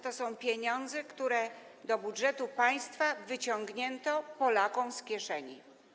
To są pieniądze, które do budżetu państwa wyciągnięto Polakom z kieszeni.